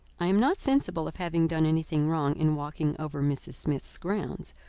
i am not sensible of having done anything wrong in walking over mrs. smith's grounds,